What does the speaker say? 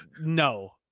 No